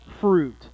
fruit